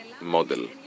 model